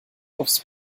aufs